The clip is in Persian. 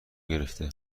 گرفته